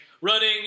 running